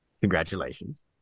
Congratulations